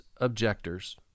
objectors